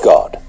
God